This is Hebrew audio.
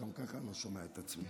גם ככה אני לא שומע את עצמי,